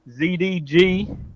ZDG